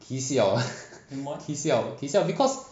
kisiao kisiao because